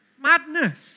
Madness